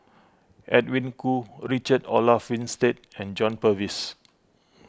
Edwin Koo Richard Olaf Winstedt and John Purvis